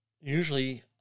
usually